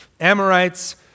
Amorite's